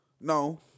No